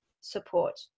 support